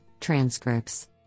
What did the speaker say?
transcripts